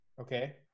Okay